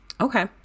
okay